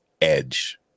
edge